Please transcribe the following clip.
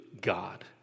God